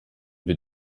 wird